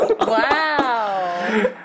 Wow